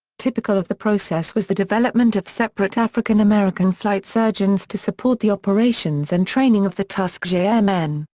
typical of the process was the development of separate african-american flight surgeons to support the operations and training of the tuskegee airmen.